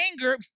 anger